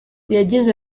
yagize